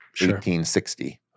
1860